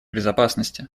безопасности